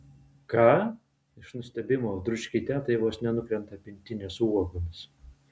ką iš nustebimo dručkei tetai vos nenukrenta pintinė su uogomis